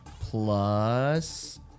plus